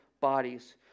bodies